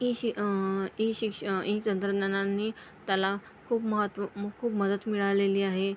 E शिक e शिक्षण e तंत्रज्ञानानी त्याला खूप महत्त्व म खूप मदत मिळालेली आहे